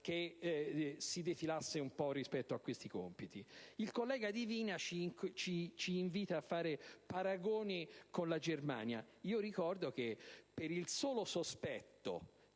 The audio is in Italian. che si defilasse rispetto a certi ruoli? Il collega Divina ci invita a fare paragoni con la Germania. Ricordo che per il solo sospetto